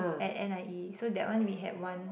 at N_I_E so that one we had one